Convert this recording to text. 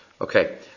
Okay